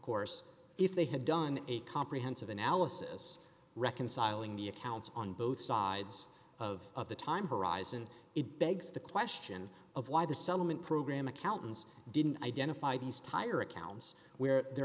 course if they had done a comprehensive analysis reconciling the accounts on both sides of the time horizon it begs the question of why the settlement program accountants didn't identify these tire accounts where the